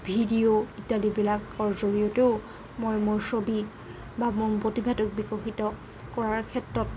video ইত্যাদিবিলাকৰ জড়িয়তেও মই মোৰ ছবি বা মোৰ প্ৰতিভাটোক বিকশিত কৰাৰ ক্ষেত্ৰত